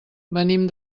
venim